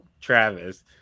Travis